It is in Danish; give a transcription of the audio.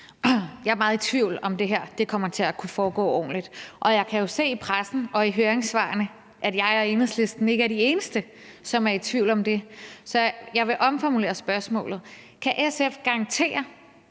Jeg er meget i tvivl, om det her kommer til at kunne foregå ordentligt, og jeg kan jo se i pressen og i høringssvarene, at jeg og Enhedslisten ikke er de eneste, som er i tvivl om det. Så jeg vil omformulere spørgsmålet: Kan SF garantere,